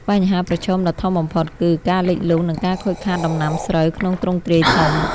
បញ្ហាប្រឈមដ៏ធំបំផុតគឺ ការលិចលង់ និងការខូចខាតដំណាំស្រូវក្នុងទ្រង់ទ្រាយធំ។